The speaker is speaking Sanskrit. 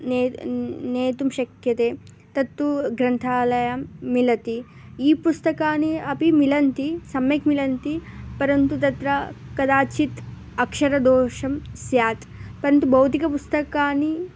ने नेतुं शक्यते तत्तु ग्रन्थालयं मिलति ईपुस्तकानि अपि मिलन्ति सम्यक् मिलन्ति परन्तु तत्र कदाचित् अक्षरदोषः स्यात् परन्तु भौतिकपुस्तकानि